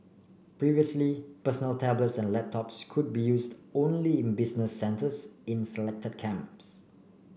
previously personal tablets and laptops could be used only in business centres in selected camps